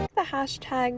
the hashtag,